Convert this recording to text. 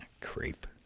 Creep